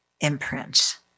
imprints